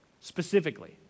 Specifically